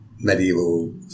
medieval